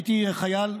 הייתי חייל,